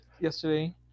yesterday